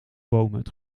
boomhut